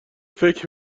فکر